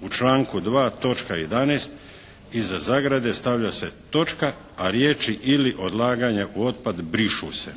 U članku 2. točka 11. iza zagrade stavlja se točka a riječi: "ili odlaganje u otpad" brišu se.